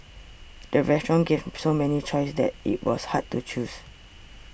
the restaurant gave so many choices that it was hard to choose